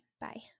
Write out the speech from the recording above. Bye